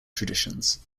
traditions